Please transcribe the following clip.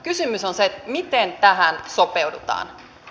kysymys on se miten tähän sopeudutaan